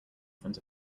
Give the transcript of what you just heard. front